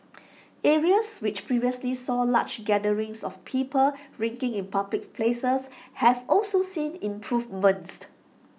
areas which previously saw large gatherings of people drinking in public places have also seen improvements